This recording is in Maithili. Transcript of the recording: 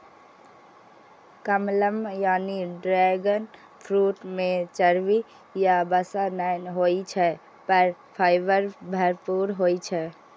कमलम यानी ड्रैगन फ्रूट मे चर्बी या वसा नै होइ छै, पर फाइबर भरपूर होइ छै